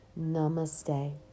Namaste